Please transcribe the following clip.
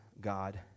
God